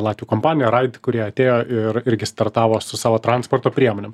latvių kompanija rait kurie atėjo ir irgi startavo su savo transporto priemonėm